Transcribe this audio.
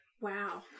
wow